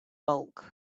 bulk